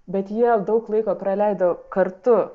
bet jie daug laiko praleido kartu